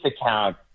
account